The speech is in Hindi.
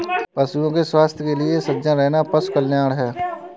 पशुओं के स्वास्थ्य के लिए सजग रहना पशु कल्याण है